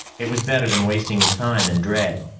it was better than wasting his time in dread.